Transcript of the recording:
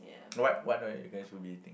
what what are you guys gonna be eating